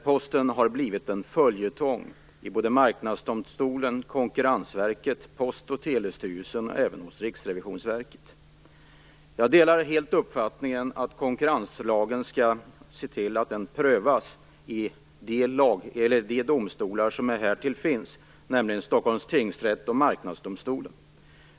Posten har blivit en följetong i Marknadsdomstolen, Konkurrensverket, Jag delar helt uppfattningen att konkurrenslagen skall prövas i de domstolar som finns för detta syfte, nämligen Stockholms tingsrätt och Marknadsdomstolen.